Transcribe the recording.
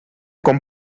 con